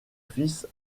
fils